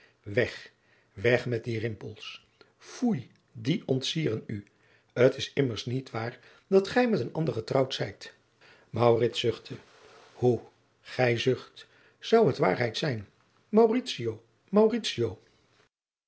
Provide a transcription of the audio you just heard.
weg weg met die rimpels foei die ontsieren u t is immers niet waar dat gij met een ander getrouwd zijt maurits zuchtte hoe gij zucht zou het waarheid zijn